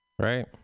Right